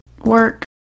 work